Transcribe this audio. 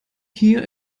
hier